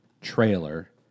trailer